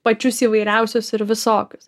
pačius įvairiausius ir visokius